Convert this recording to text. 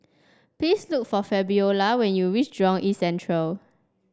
please look for Fabiola when you reach Jurong East Central